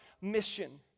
mission